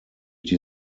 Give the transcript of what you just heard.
die